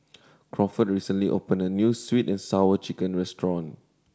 Crawford recently opened a new Sweet And Sour Chicken restaurant